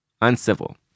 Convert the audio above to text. Uncivil